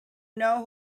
know